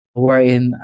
wherein